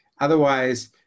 otherwise